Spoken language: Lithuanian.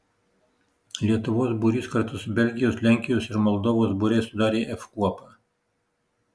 lietuvos būrys kartu su belgijos lenkijos ir moldovos būriais sudarė f kuopą